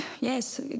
yes